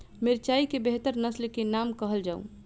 मिर्चाई केँ बेहतर नस्ल केँ नाम कहल जाउ?